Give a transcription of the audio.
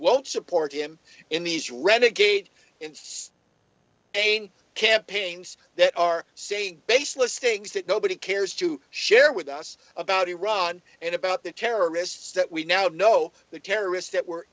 won't support him in these renegade it's a pain campaigns that are saying baseless things that nobody cares to share with us about iran and about the terrorists that we now know the terrorists that were